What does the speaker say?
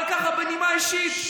אבל ככה בנימה אישית,